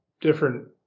different –